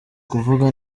kuvuga